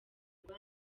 rwa